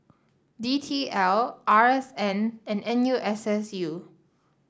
D T L R S N and N U S S U